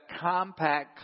compact